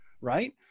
right